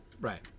Right